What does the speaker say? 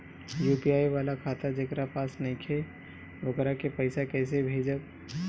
UPI वाला खाता जेकरा पास नईखे वोकरा के पईसा कैसे भेजब?